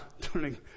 turning